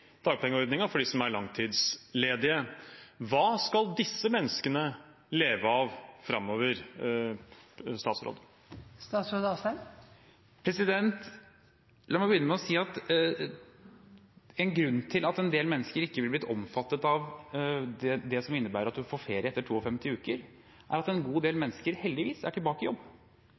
for dem som er langtidsledige. Hva skal disse menneskene leve av framover, statsråd? La meg begynne med å si at en grunn til at en del mennesker ikke ville blitt omfattet av det som innebærer at man får ferie etter 52 uker, er at en god del mennesker heldigvis er tilbake i jobb.